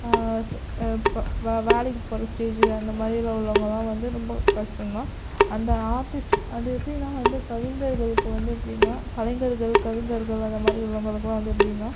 வேலைக்கு போகிற ஸ்டேஜு அந்த மாதிரிலான் உள்ளவங்கள்லாம் வந்து ரொம்ப கஷ்டோம்தான் அந்த ஆர்டிஸ்ட்டு அது எப்படின்னா வந்து கவிஞர்களுக்கு வந்து எப்படின்னா கலைஞர்கள் கவிஞர்கள் அந்த மாதிரி உள்ளவங்களுக்குலாம் வந்து எப்படின்னா